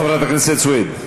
חברת הכנסת סויד,